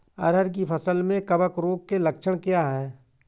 अरहर की फसल में कवक रोग के लक्षण क्या है?